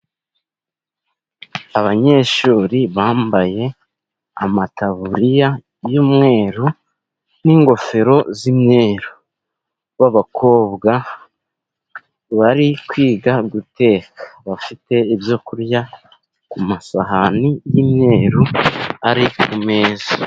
Abanyeshuri bambaye amataburiya y'umweru, n'ingofero z'imyeru b'abakobwa. Bari kwiga guteka bafite ibyo kurya, ku masahani y'imyeru ari ku meza.